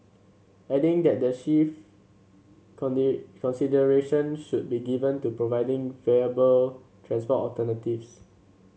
adding that the chief consideration should be given to providing viable transport alternatives